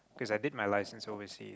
cause i did my license overseas